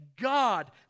God